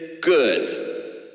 good